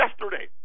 yesterday